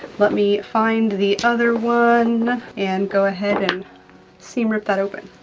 let me find the other one and go ahead and seam rip that open.